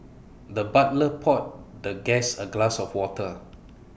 the butler poured the guest A glass of water